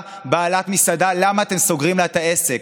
בעלת מסעדה למה אתם סוגרים לה את העסק,